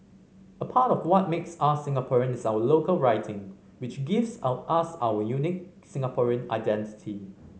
a part of what makes us Singaporean is our local writing which gives out us our unique Singaporean identity